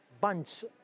bunch